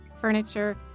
furniture